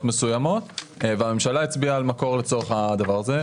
מסוימות והממשלה הצביעה על מקור לצורך הדבר הזה.